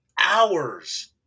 hours